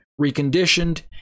reconditioned